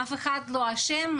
אף אחד לא אשם,